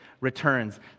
returns